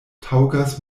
taŭgas